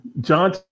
John